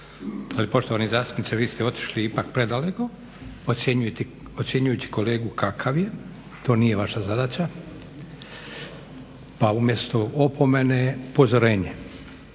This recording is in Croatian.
Ali poštovani zastupniče, vi ste otišli ipak predaleko ocjenjujući kolegu kakav je, to nije vaša zadaća pa umjesto opomene, upozorenje.